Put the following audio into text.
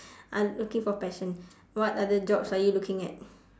uh I looking for passion what other jobs are you looking at